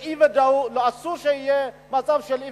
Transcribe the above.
אסור שיהיה מצב של אי-ודאות".